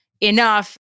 enough